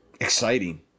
exciting